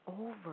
over